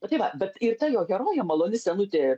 nu tai va bet ir ta jo herojė maloni senutė